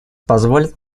позволит